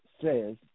says